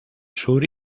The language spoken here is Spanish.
sur